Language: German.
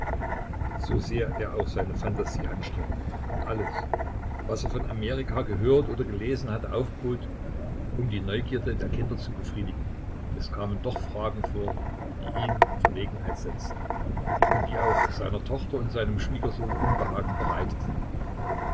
so sehr er auch seine phantasie anstrengte und alles was er von amerika gehört oder gelesen hatte aufbot um die neugierde der kinder zu befriedigen es kamen doch fragen vor die ihn in verlegenheit setzten und die auch seiner tochter und seinem schwiegersohn unbehagen bereiteten